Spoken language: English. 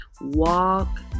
walk